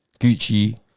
gucci